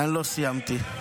לא סיימתי.